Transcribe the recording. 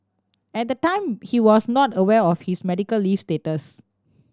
at the time he was not aware of his medical leave status